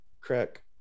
Crack